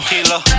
Kilo